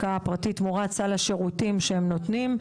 תמורת סל השירותים שהם נותנים,